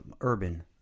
urban